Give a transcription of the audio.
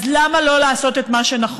אז למה לא לעשות את מה שנכון?